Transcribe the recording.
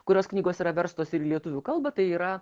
kurios knygos yra verstos ir į lietuvių kalbą tai yra